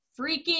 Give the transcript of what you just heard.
freaking